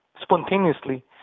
spontaneously